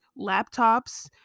laptops